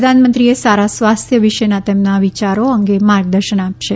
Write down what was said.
પ્રધાનમંત્રીએ સારા સ્વાસ્થ્ય વિશેના તેમના વિચારો અંગે માર્ગદર્શન આપશે